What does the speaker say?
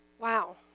Wow